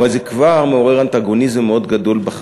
אבל זה כבר מעורר אנטגוניזם מאוד גדול.